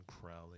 Crowley